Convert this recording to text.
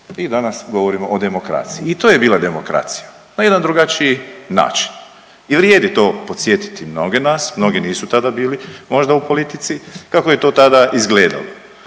i danas govorimo o demokraciji, i to je bila demokracija na jedan drugačiji način i vrijedi to podsjetiti mnoge nas, mnogi nisu tada bili možda u politici, kako je to tada izgledalo.